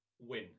Win